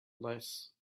less